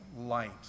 light